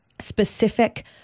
specific